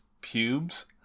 pubes